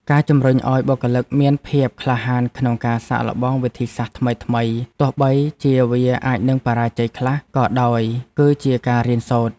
ការជំរុញឱ្យបុគ្គលិកមានភាពក្លាហានក្នុងការសាកល្បងវិធីសាស្ត្រថ្មីៗទោះបីជាវាអាចនឹងបរាជ័យខ្លះក៏ដោយគឺជាការរៀនសូត្រ។